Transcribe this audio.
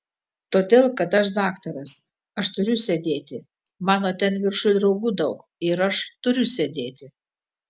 todėl kad aš daktaras aš turiu sėdėti mano ten viršuj draugų daug ir aš turiu sėdėti